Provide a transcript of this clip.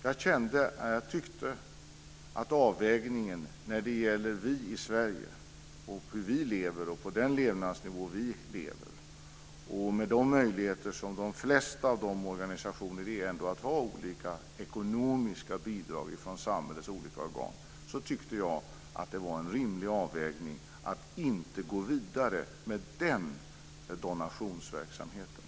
Jag tyckte att det var en rimlig avvägning, med tanke på hur vi lever i Sverige på den levnadsnivå som vi har och med de möjligheter som de flesta organisationer har att få olika typer av ekonomiskt bidrag från samhällets olika organ, att inte gå vidare med den donationsverksamheten.